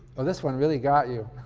well, this one really got you,